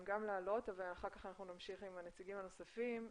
גם לעלות ואחר כך נמשיך עם הנציגים הנוספים.